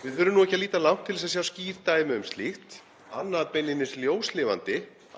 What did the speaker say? Við þurfum ekki að líta langt til þess að sjá skýr dæmi um slíkt, annað beinlínis ljóslifandi.